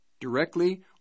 directly